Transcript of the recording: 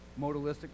modalistic